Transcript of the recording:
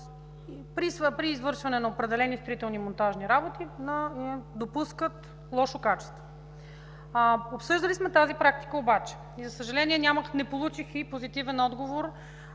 при извършване на определени строително-монтажни работи допускат лошо качество. Обсъждали сме тази практика, но, за съжаление, не получих позитивен отговор.